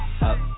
Up